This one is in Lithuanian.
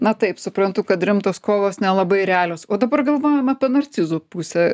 na taip suprantu kad rimtos kovos nelabai realios o dabar galvojam apie narcizų pusę